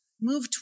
Move